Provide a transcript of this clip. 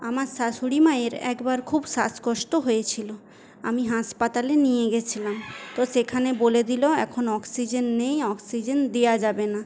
আমার শাশুড়ি মায়ের একবার খুব শ্বাসকষ্ট হয়েছিল আমি হাসপাতালে নিয়ে গেছিলাম তো সেখানে বলে দিলো এখন অক্সিজেন নেই অক্সিজেন দেওয়া যাবে না